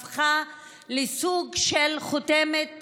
היא הפכה לסוג של חותמת